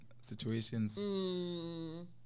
situations